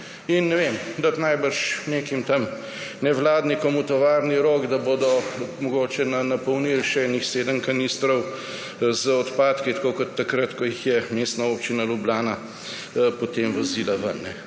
in, ne vem, dati najbrž tam nekim nevladnikom v tovarni Rog, da bodo mogoče napolnili še kakšnih sedem kanistrov z odpadki, tako kot takrat, ko jih je Mestna občina Ljubljana potem vozila ven.